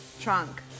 trunk